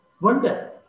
Wonder